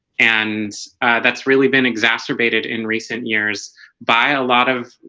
and that's really been exacerbated in recent years by a lot of